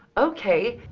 okay!